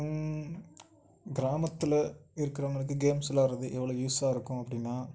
கிராமத்தில் இருக்கிறவங்களுக்கு கேம்ஸ் விளாட்றது எவ்வளோ யூஸ்ஸாக இருக்கும் அப்படினா